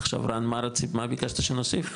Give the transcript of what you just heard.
עכשיו, רן, מה ביקשת שנוסיף?